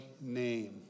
name